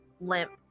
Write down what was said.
limp